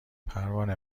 پروانه